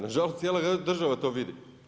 Na žalost cijela država to vidi.